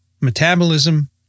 metabolism